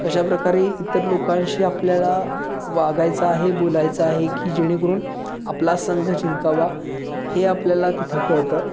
कशा प्रकारे इतर लोकांशी आपल्याला वागायचं आहे बोलायचं आहे की जेणेकरून आपला संघ जिंकावा हे आपल्याला तिथं कळतं